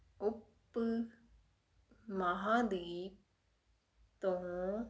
ਉਪ ਮਹਾਂਦੀਪ ਤੋਂ